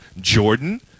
Jordan